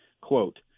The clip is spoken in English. Quote